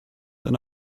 eine